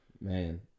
man